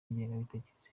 n’ingengabitekerezo